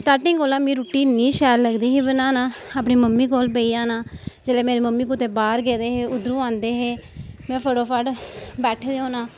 starting कोला मिगी रूट्टी इन्नी शैल लगदी ही बनाना अपनी मम्मी कोल बैही जाना जिसलै मेरी मम्मी कुतै बाह्र गेदे हे उद्धरूं आंदे हे में फटोफट बैठे दे होना